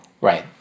right